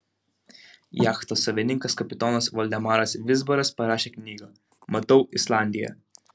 jachtos savininkas kapitonas valdemaras vizbaras parašė knygą matau islandiją